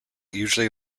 usually